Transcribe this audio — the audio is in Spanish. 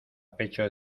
pecho